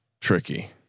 tricky